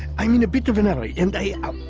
i mean beat the vanilla india